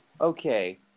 Okay